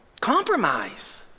compromise